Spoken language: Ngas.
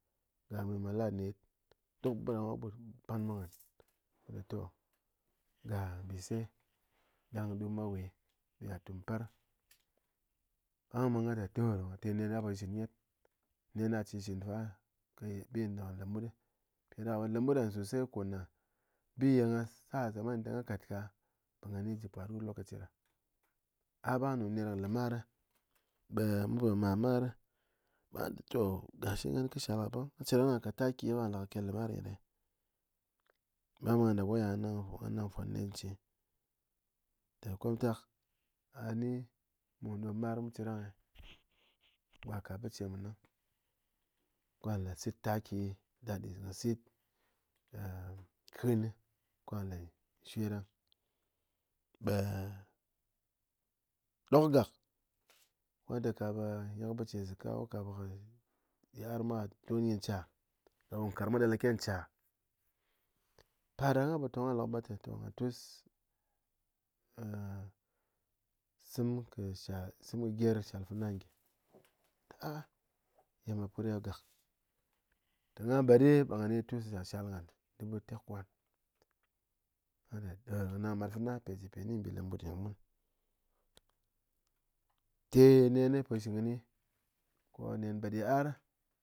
Ga mwir malar net, duk ɓɨɗa mwa ɓe pan mwa ghán to ga nbɨse ɗang ɓe dun me we ɗun yal tum par, ɓang ɓe ghan te durunguwa te nen a po shitchɨn ghet, nen a chin shitchen fa mpɨ bi le lemut, mpiɗáɗaká ɓe lemut ghan sosai ko ne bi ye gha sa samani nté gha kat ka be gha ni jé faru lokaci ɗa, a ɓang nɗɨn ner kɨ lɨmar, ɓe mun po mar kɨmar, be ghan nté toh gashi ghan kɨ shal ka ɓang, gha cherang ko gha kat taki ko gha le ke lemar nyi ɗe, ɗang gha dap waya gha nang po gha nang nfwan nen che, te komtak a ni mu ɗom mar mu cherang e, gwa kat biche mun ɗang ko gha le sit taki, daɗe gha sit kén ko gha le shwe ɗang ɓe, ɗok gak, ghan te kaɓe nyi kɨ biche zaka ko ka be yit ar mwa ton nyi ncha ko nkarng mwa ɗel ke ncha, par ɗa ghan po tong ɓe lok ɓe nte toh gha tus sɨm kɨ shal sɨm gɨer kɨ shal fana nyi, ghán nté a'a ye me ɗo putɗe gak, te gha bad ɗi be gha ni tus shak shal ghan dubu tekwan, gha nang mat fana te pe ji nyi nbi lemut ghan ɓul, te nen po shitchɨn kɨni ko nen ɓád yit'ar.